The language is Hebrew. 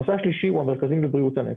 הנושא השלישי הוא המרכזים לבריאות הנפש.